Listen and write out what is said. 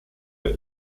der